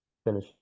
Finish